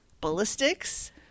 ballistics